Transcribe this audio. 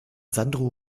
sandro